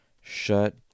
Shut